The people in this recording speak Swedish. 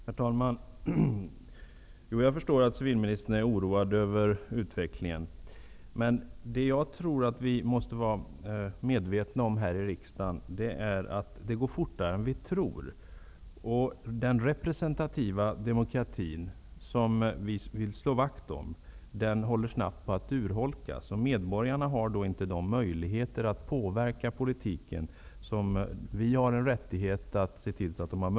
Herr talman! Jag förstår att civilministern är oroad över utvecklingen. Men vi här i riksdagen måste vara medvetna om att utvecklingen går fortare än vi tror. Den representativa demokratin, som vi vill slå vakt om, håller snabbt på att urholkas. Därmed har inte medborgarna den möjlighet att påverka politiken som vi politiker är skyldiga att se till att de har.